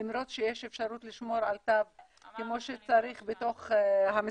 למרות שיש אפשרות לשמור על התו כמו שצריך בתוך המסעדות.